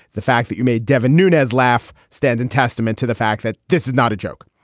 the fact that you made devin nunes laugh stand in testament to the fact that this is not a joke.